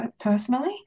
personally